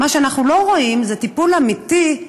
מה שאנחנו לא רואים זה טיפול אמיתי,